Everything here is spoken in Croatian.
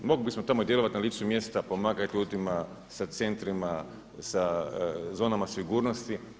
Mogli bismo tamo djelovati na licu mjesta pomagat ljudima sa centrima, sa zonama sigurnosti.